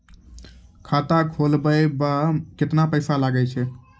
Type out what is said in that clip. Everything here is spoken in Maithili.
खाता खोलबाबय मे केतना पैसा लगे छै?